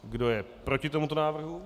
Kdo je proti tomuto návrhu?